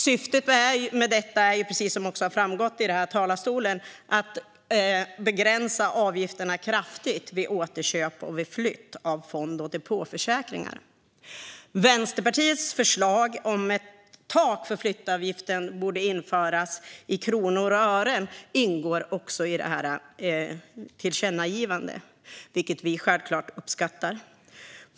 Syftet med detta är, precis som har framgått här i talarstolen, att kraftigt begränsa avgifterna vid återköp och vid flytt av fond och depåförsäkringar. Vänsterpartiets förslag om att införa ett tak för flyttavgiften i kronor och ören ingår också i tillkännagivandet, vilket vi självklart uppskattar.